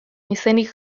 izenik